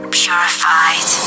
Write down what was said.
purified